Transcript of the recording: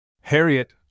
Harriet